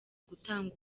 gutanga